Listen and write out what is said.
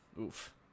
Oof